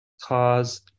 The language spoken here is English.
cause